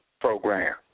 Program